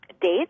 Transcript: dates